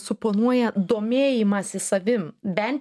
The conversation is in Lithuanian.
suponuoja domėjimąsi savim bent